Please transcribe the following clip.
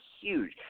huge